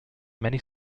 many